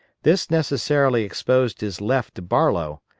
this necessarily exposed his left to barlow,